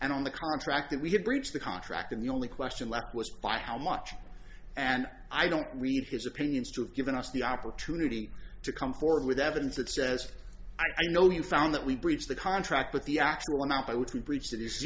and on the contract that we had breached the contract and the only question left was by how much and i don't read his opinions to have given us the opportunity to come forward with evidence that says i know you found that we breach the contract but the actual not by which we preach t